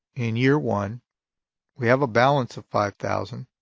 in year one we have a balance of five thousand.